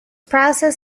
process